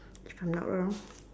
if I'm not wrong